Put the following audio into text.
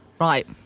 Right